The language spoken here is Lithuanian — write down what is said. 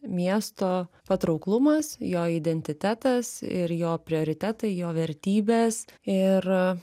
miesto patrauklumas jo identitetas ir jo prioritetai jo vertybės ir